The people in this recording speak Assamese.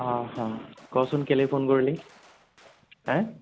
অঁ অঁ কচোন কেলেই ফোন কৰিলি হেঁ